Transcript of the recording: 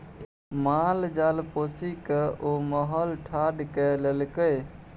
माल जाल पोसिकए ओ महल ठाढ़ कए लेलकै